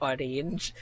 Orange